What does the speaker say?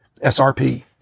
SRP